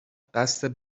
قصد